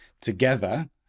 together